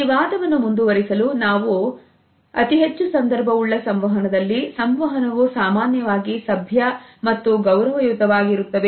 ಈ ವಾದವನ್ನು ಮುಂದುವರಿಸಲು ನಾವು ಮುಂದುವರೆದು ಅತಿಹೆಚ್ಚು ಸಂದರ್ಭ ಉಳ್ಳ ಸಂವಹನದಲ್ಲಿ ಸಂವಹನವು ಸಾಮಾನ್ಯವಾಗಿ ಸಭ್ಯ ಮತ್ತು ಗೌರವಯುತವಾಗಿ ಇರುತ್ತವೆ